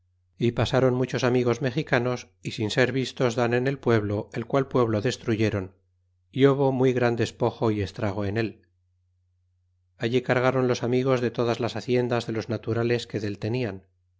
y pasaron muchos amigos mexicanos y sin ser vistos dan en el pueblo el qual pueblo destruyeron y hubo muy gran despojo y estrago en él allí cargron los amigos de todas las haciendas de los naturales que del